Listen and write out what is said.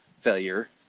failure